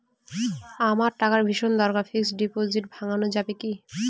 আমার টাকার ভীষণ দরকার ফিক্সট ডিপোজিট ভাঙ্গানো যাবে কি?